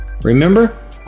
Remember